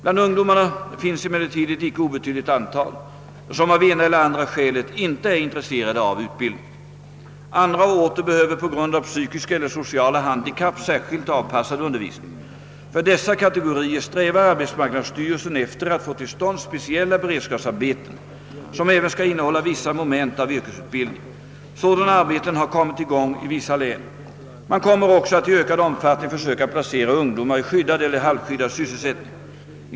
Bland ungdomarna finns emellertid ett icke obetydligt antal som av ena eller andra skälet inte är intresserade av utbildning. Andra åter behöver på grund av psykiska eller sociala handikapp särskilt avpassad undervisning. För dessa kategorier strävar arbetsmarknadsstyrelsen efter att få till stånd speciella beredskapsarbeten som även skall innehålla vissa moment av yrkesutbildning. Sådana arbeten har kommit i gång i vissa län. Man kommer också att i ökad omfattning försöka placera ungdomar i skyddad eller halvskyddad sysselsättning.